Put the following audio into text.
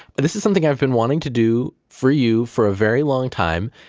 but this is something i've been wanting to do for you for a very long time.